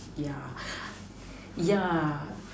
yeah yeah